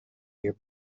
year